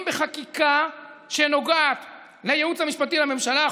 בחקיקה שנוגעת לייעוץ המשפטי לממשלה?